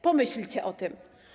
Pomyślcie o tym.